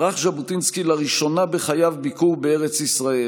ערך ז'בוטינסקי לראשונה בחייו ביקור בארץ ישראל,